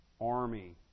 army